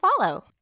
follow